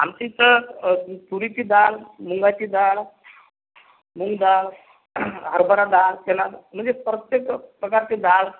आमच्या इथं तुरीची डाळ मुगाची डाळ मूग डाळ हरभरा डाळ चणा डाळ म्हणजे प्रत्येक प्रकारचे डाळ